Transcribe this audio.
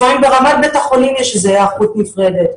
לפעמים ברמת בית החולים יש היערכות נפרדת.